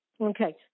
Okay